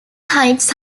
heights